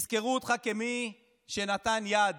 יזכרו אותך כמי שנתן יד